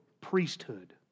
priesthood